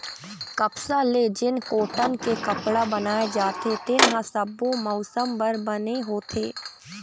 कपसा ले जेन कॉटन के कपड़ा बनाए जाथे तेन ह सब्बो मउसम बर बने होथे